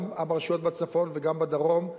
גם ברשויות בצפון וגם בדרום,